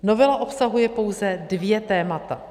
Novela obsahuje pouze dvě témata.